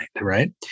right